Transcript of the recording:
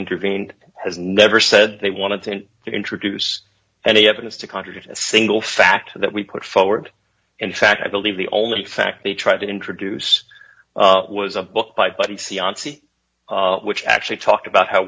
intervened has never said they wanted to introduce any evidence to contradict a single fact that we put forward in fact i believe the only fact they tried to introduce was a book by buddy c on c which actually talked about how